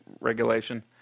regulation